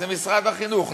זה משרד החינוך.